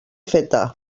feta